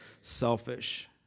selfish